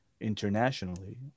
internationally